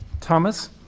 Thomas